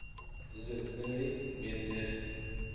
जोथोनै बेन्देज